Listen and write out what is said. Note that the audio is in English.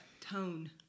tone